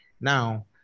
Now